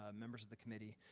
ah members of the committee.